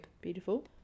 Beautiful